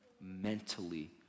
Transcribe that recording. mentally